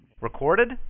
Recorded